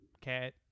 cat